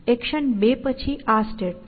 action બે પછી આ સ્ટેટ છે